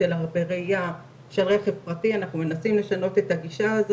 וזו בעיניי נקודה הכי חשובה,